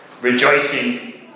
rejoicing